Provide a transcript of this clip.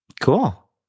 Cool